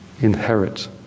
inherit